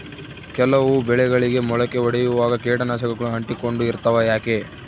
ಕೆಲವು ಬೆಳೆಗಳಿಗೆ ಮೊಳಕೆ ಒಡಿಯುವಾಗ ಕೇಟನಾಶಕಗಳು ಅಂಟಿಕೊಂಡು ಇರ್ತವ ಯಾಕೆ?